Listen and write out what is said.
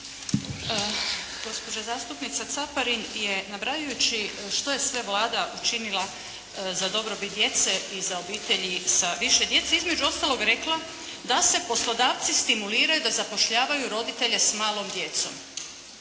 Gospođa zastupnica Caparin je, nabrajajući što je sve Vlada učinila za dobrobit djece i za obitelji sa više djece, između ostalog rekla da se poslodavci stimuliraju da zapošljavaju roditelje s malom djecom.